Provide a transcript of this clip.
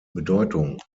bedeutung